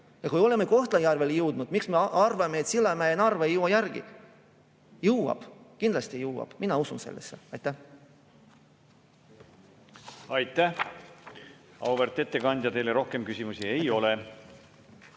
Ja kui oleme Kohtla-Järvel jõudnud, miks me arvame, et Sillamäe ja Narva ei jõua järele? Jõuavad, kindlasti jõuavad, mina usun sellesse. Aitäh, auväärt ettekandja! Teile rohkem küsimusi ei ole.